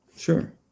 Sure